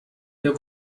der